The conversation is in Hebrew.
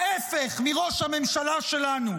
ההפך מראש הממשלה שלנו,